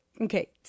Okay